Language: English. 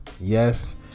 yes